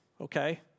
Okay